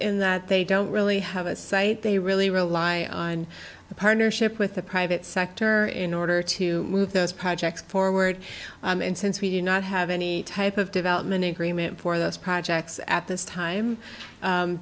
in that they don't really have a site they really rely on the partnership with the private sector in order to move those projects forward and since we do not have any type of development agreement for those projects at this time